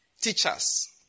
teachers